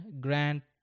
grant